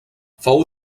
fou